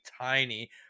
tiny